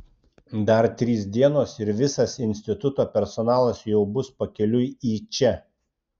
dar trys dienos ir visas instituto personalas jau bus pakeliui į čia